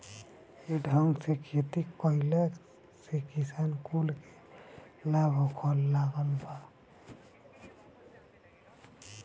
ये ढंग से खेती कइला से किसान कुल के लाभ होखे लागल बा